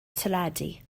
teledu